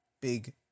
big